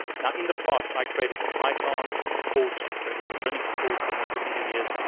now in the past, i created a python course, i created a linux course for network engineers,